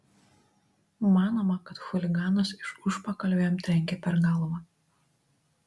manoma kad chuliganas iš užpakalio jam trenkė per galvą